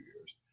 years